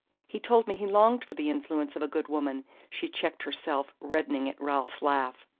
he told me he longed for the influence of a good woman she checked herself, reddening at ralph's laugh.